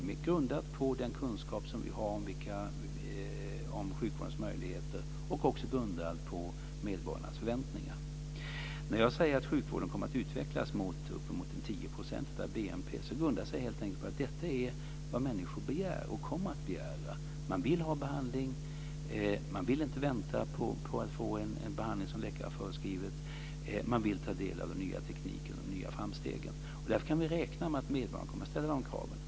Det är grundat på den kunskap vi har om sjukvårdens möjligheter och på medborgarnas förväntningar. När jag säger att sjukvården kommer att utvecklas till uppemot 10 % av BNP grundar det sig helt enkelt på att detta är vad människor begär och kommer att begära. Man vill ha behandling. Man vill inte vänta på att få en behandling som en läkare har föreskrivit. Man vill ta del av den nya tekniken och de nya framstegen. Därför kan vi räkna med att medborgarna kommer att ställa de kraven.